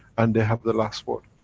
and they have the last word.